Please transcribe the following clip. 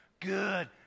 Good